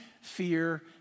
fear